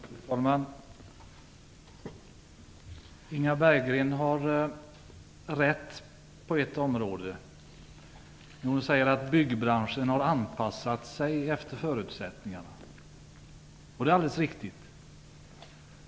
Fru talman! Inga Berggren har rätt på en punkt. Hon säger att byggbranschen har anpassat sig efter förutsättningarna, och det är alldeles riktigt.